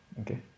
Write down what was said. okay